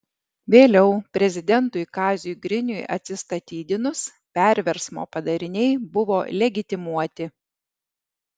vėliau prezidentui kaziui griniui atsistatydinus perversmo padariniai buvo legitimuoti